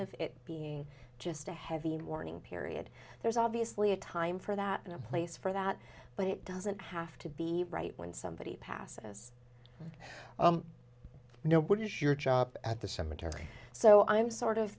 of it being just a heavy mourning period there's obviously a time for that and a place for that but it doesn't have to be right when somebody passes you know what is your job at the cemetery so i'm sort of